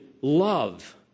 love